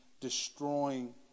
destroying